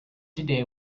today